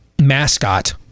mascot